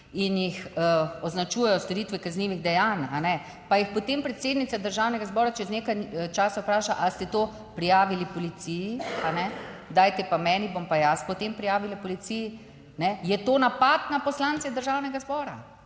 in jih označujejo storitve kaznivih dejanj pa jih, potem predsednica Državnega zbora čez nekaj časa vpraša: ali ste to prijavili policiji, dajte pa meni, bom pa jaz potem prijavila policiji, je to napad na poslance Državnega zbora,